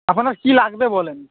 আপনার কী লাগবে বলুন